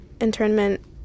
internment